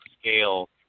scale